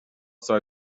sei